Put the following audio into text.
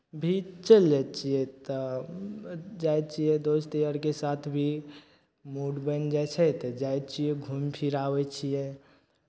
भी चलि जाइ छियै तऽ जाइ छियै दोस्त यारके साथ भी मूड बनि जाइ छै तऽ जाइ छियै घुमि फिरि आबै छियै